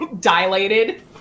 Dilated